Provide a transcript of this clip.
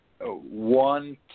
one